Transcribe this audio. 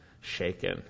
shaken